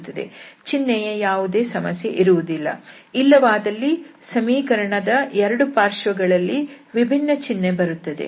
ಚಿನ್ಹೆಯ ಯಾವುದೇ ಸಮಸ್ಯೆ ಇರುವುದಿಲ್ಲ ಇಲ್ಲವಾದಲ್ಲಿ ಸಮೀಕರಣದ ಎರಡು ಪಾರ್ಶ್ವಗಳಲ್ಲಿ ವಿಭಿನ್ನ ಚಿನ್ಹೆ ಬರುತ್ತದೆ